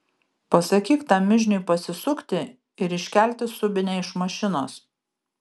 pasakyk tam mižniui pasisukti ir iškelti subinę iš mašinos